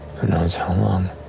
knows how long?